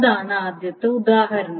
അതാണ് ആദ്യത്തെ ഉദാഹരണം